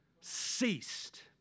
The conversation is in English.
ceased